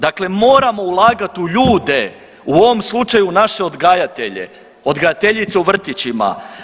Dakle moramo ulagati u ljude, u ovom slučaju u naše odgajatelje, odgajateljice u vrtićima.